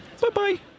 Bye-bye